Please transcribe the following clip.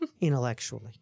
intellectually